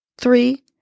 three